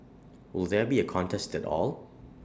would there be A contest at all